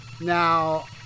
now